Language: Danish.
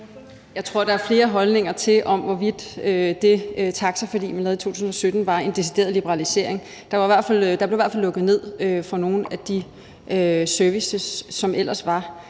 Jeg tror, at der er flere holdninger til, om det taxiforlig, vi lavede i 2017, var en decideret liberalisering. Der blev i hvert fald lukket ned for nogle af de services, som ellers var